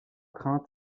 crainte